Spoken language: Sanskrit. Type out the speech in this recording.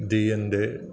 दीयन्ते